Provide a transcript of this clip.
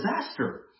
disaster